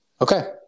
Okay